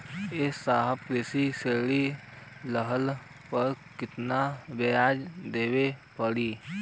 ए साहब कृषि ऋण लेहले पर कितना ब्याज देवे पणी?